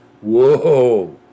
Whoa